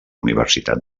universitat